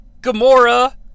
Gamora